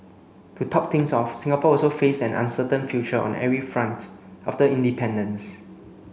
to top things off Singapore also faced an uncertain future on every front after independence